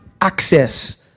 access